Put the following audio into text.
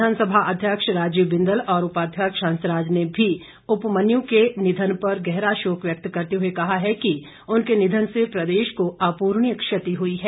विधानसभा अध्यक्ष राजीव बिंदल और उपाध्यक्ष हंसराज ने भी उपमन्यु के निधन पर गहरा शोक व्यक्त करते हुए कहा है कि उनके निधन से प्रदेश को अपूर्णीय क्षति हुई है